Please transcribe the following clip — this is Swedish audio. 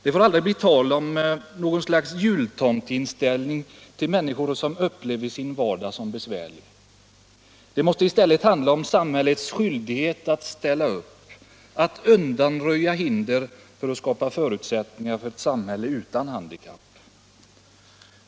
Det får aldrig bli tal om något slags jultomteinställning till människor som upplever sin vardag som besvärlig —- det måste i stället handla om samhällets skyldighet att ställa upp, att undanröja hinder för att skapa förutsättningar för ett samhälle utan handikapp.